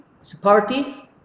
supportive